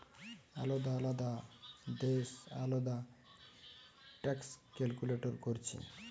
আলদা আলদা দেশ আলদা ট্যাক্স ক্যালকুলেট কোরছে